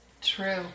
True